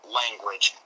language